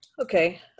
Okay